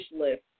list